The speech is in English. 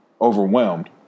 overwhelmed